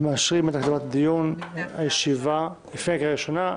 אנחנו מאשרים את הקדמת הדיון לפני הקריאה הראשונה.